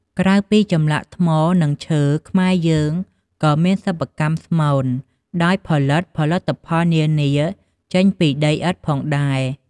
ក្រៅពីចម្លាក់ថ្មនិងឈើខ្មែរយើងក៏មានសិប្បកម្មស្មូនដោយផលិតផលិតផលនានាចេញពីដីឥដ្ធផងដែរ។